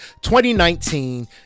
2019